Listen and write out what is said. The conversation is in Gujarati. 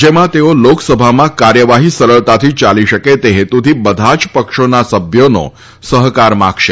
જેમાં તેઓ લોકસભામાં કાર્યવાહી સરળતાથી યાલે તે હેતુથી બધા જ પક્ષીના સભ્યોનો સહકાર માંગશે